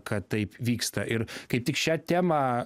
kad taip vyksta ir kaip tik šią temą